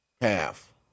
half